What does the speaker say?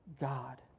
God